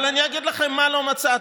אבל אני אגיד לכם מה לא מצאתי: